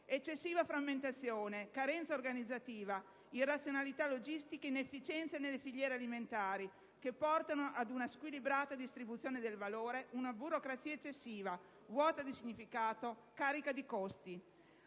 (eccessiva frammentazione, carenza organizzativa, irrazionalità logistiche, inefficienze nelle filiere alimentari, che portano ad una squilibrata distribuzione del valore, ad una burocrazia eccessiva vuota di significato e carica di costi).